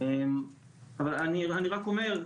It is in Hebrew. אבל אני רק אומר,